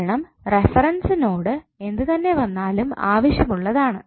കാരണം reference node എന്തു തന്നെ വന്നാലും ആവശ്യമുള്ളതാണ്